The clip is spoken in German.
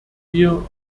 wir